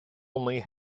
only